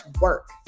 work